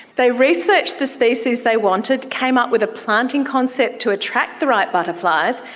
they researched the species they wanted, came up with a planting concept to attract the right butterflies,